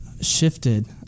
shifted